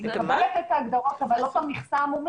אני מקבלת את ההגדרות, אבל לא את המכסה המומלצת,